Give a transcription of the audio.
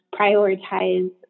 prioritize